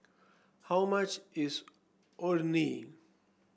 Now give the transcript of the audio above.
how much is Orh Nee